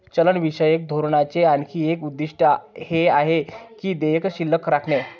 चलनविषयक धोरणाचे आणखी एक उद्दिष्ट हे आहे की देयके शिल्लक राखणे